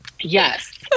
Yes